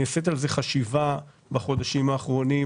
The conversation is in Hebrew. נעשית על זה חשיבה בחודשים האחרונים,